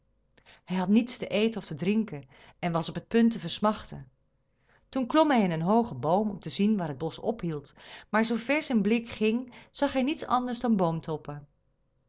hij had niets te eten of te drinken en was op het punt te versmachten toen klom hij in een hoogen boom om te zien waar het bosch ophield maar zoover zijn blik ging zag hij niet anders dan